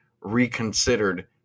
reconsidered